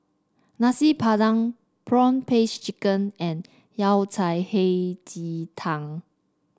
Nasi Padang prawn paste chicken and Yao Cai Hei Ji Tang